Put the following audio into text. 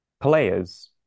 players